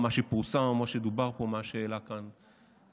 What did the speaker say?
מה שפורסם או מה שדובר פה ומה שהעלו כאן חבריי,